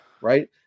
Right